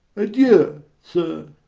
adieu, sir.